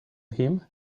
him